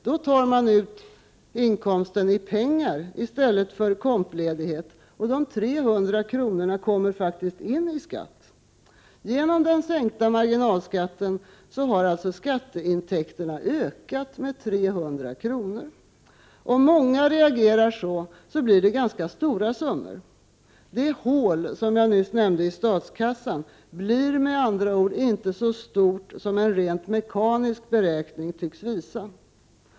Då tar man ut inkomsten i pengar i stället för i kompledighet, och de 300 kronorna kommer faktiskt in i skatt. Genom den sänkta marginalskatten ökar alltså skatteinkomsterna med 300 kr. Om många reagerar så, blir det ganska stora summor. Det hål i statskassan som jag nyss nämnde blir med andra ord inte så stort som en rent mekanisk beräkning tycks visa.